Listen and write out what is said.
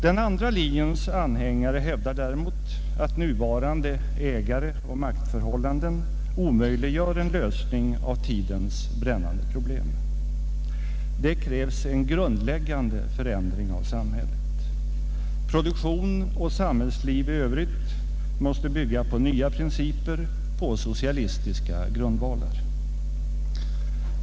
Den andra linjens anhängare hävdar däremot att nuvarande ägareoch maktförhållanden omöjliggör en lösning av tidens brännande problem. Det krävs en grundläggande förändring av samhället. Produktion och samhällsliv i övrigt måste bygga på nya principer, på socialistiska grundvalar.